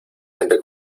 gente